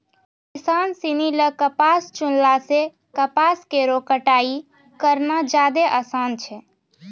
किसान सिनी ल कपास चुनला सें कपास केरो कटाई करना जादे आसान छै